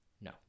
No